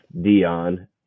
Dion